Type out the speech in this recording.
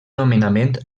nomenament